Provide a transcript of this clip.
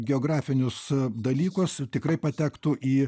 geografinius dalykus tikrai patektų į